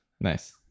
nice